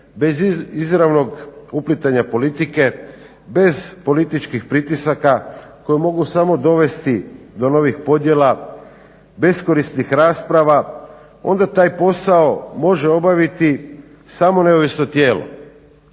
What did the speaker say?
bez izravnog uplitanja politike, bez političkih pritisaka koji mogu samo dovesti do novih podjela, beskorisnih rasprava, onda taj posao može obaviti samo neovisno tijelo